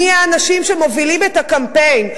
מי האנשים שמובילים את הקמפיין.